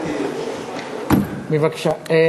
בבקשה.